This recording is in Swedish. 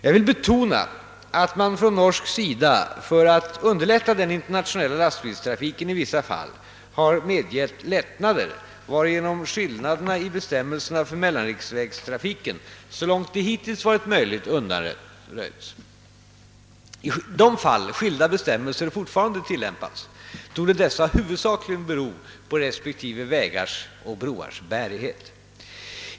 Jag vill betona att man från norsk sida för att underlätta den internationella lastbilstrafiken i vissa fall har medgivit lättnader, varigenom skillnaderna i bestämmelserna för mellanrikstrafiken så långt det hittills varit möjligt har undanröjts. I de fall skilda bestämmelser fortfarande tillämpas torde dessa huvudsakligen bero på respektive vägars och broars bärighet.